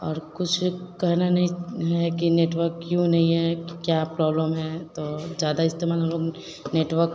और कुछ कहना नहीं है कि नेटवर्क क्यूँ नहीं है कि क्या प्रॉब्लम है तो ज़्यादा इस्तेमाल हम लोग नेटवर्क